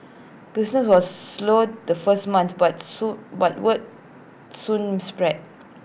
business was slow the first month but soon but word soon spread